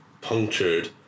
punctured